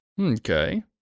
Okay